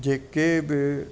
जेके बि